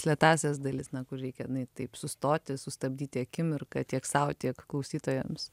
lėtąsias dalis na kur reikia ne taip sustoti sustabdyti akimirką tiek sau tiek klausytojams